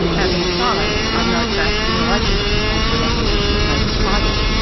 as an aside, i note that, in relation to compulsory acquisition of native title,